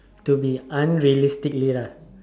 to be unrealistically lah